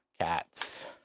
cats